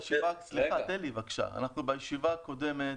אנחנו בישיבה הקודמת